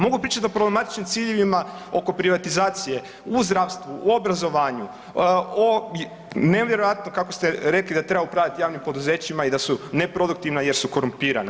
Mogu pričati o problematičnim ciljevima oko privatizacije u zdravstvu, u obrazovanju, o nevjerojatno kako ste rekli da treba upravljati javnim poduzećima i da su neproduktivna jer su korumpirana.